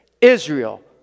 Israel